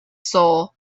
soul